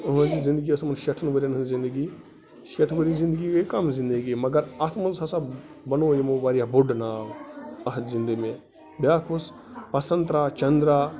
یِہٕنٛزِ زِنٛدگی یۄس یِمَن شیٚٹھَن ؤریَن ہٕنٛز زنٛدگی شیٚٹھٕ ؤری زِنٛدگی گٔے کَم زِنٛدگی مگر اَتھ منٛز ہسا بَنو یِمو واریاہ بوٚڈ ناو اَتھ زِنٛدٕ مےٚ بیٛاکھ اوس پسَنترٛا چندرا